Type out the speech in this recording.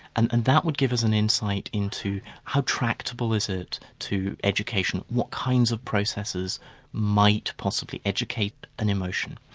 and and that would give us an insight into how tractable is it to education, what kinds of processes might possibly educate an emotion.